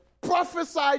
Prophesy